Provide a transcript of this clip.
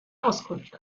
auskunft